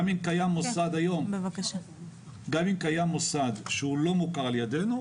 גם אם קיים מוסד שהוא לא מוכר על ידינו,